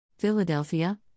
Philadelphia